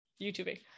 YouTubing